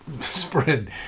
Spread